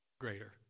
greater